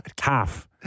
Half